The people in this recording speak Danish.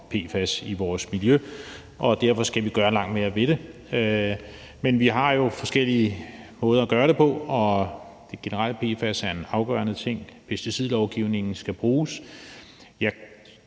PFAS i vores miljø, og derfor skal vi gøre langt mere ved det. Men vi har jo forskellige måder at gøre det på. Det generelle er, at PFAS er en afgørende ting, og pesticidlovgivningen skal bruges.